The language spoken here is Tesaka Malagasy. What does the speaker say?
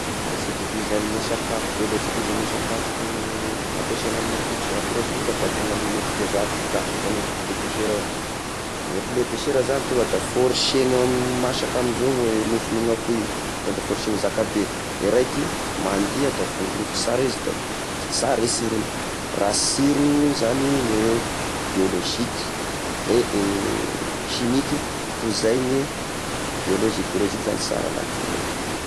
Ny sy hitovizagny sakafo biôlozika amy izy sakafo ampiasaigna amy ako- akora simika, da koa ny agn'iny fiteza akoha gasy izy amy poulet de chair, ny poulet de chair zagny tonga da forsegnao masaka amin'izao vao igny nofo igny akoho igny, na de efa t=sy ho zakabe, i raiky mandiha da vorogny efa sara izy da efa sara ny sirogny, raha siro zagny ny biôloziky eh eh simiky toy izay ny biôlozy, biôlozika zagny sara natirely.